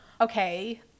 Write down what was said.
Okay